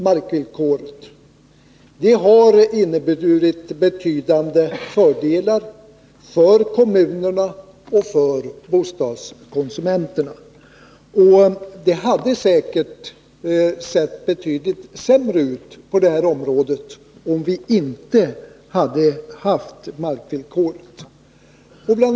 Markvillkoret har inneburit betydande fördelar för kommunerna och för bostadskonsumenterna. Det hade säkert sett betydligt sämre ut på det här området, om vi inte hade haft markvillkoret. Bl.